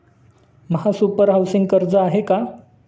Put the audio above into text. महासुपर हाउसिंग कर्ज आहे का?